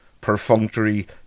perfunctory